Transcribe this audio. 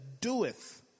doeth